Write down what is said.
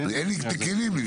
כן במקרה הזה.